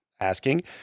asking